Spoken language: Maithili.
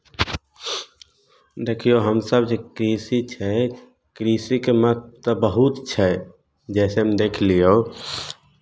देखियौ हमसभ जे कृषि छै कृषिके महत्व तऽ बहुत छै जइसेमे देख लियौ